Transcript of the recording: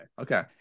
okay